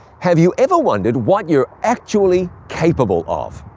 have you ever wondered what you're actually capable of?